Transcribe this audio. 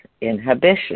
inhibition